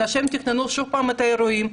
אנשים תכננו שוב את האירועים,